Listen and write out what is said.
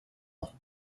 ans